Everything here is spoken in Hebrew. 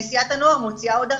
נשיאת הנוער מוציאה עוד החלטה,